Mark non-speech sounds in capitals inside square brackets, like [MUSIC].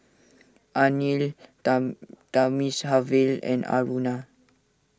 Anil [UNINTELLIGIBLE] Thamizhavel and Aruna